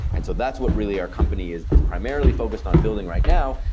and so that's what really our company is is primarily focused on building right now,